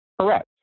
Correct